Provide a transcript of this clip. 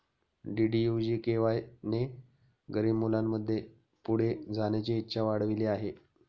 DDU GKY ने गरीब मुलांमध्ये पुढे जाण्याची इच्छा वाढविली आहे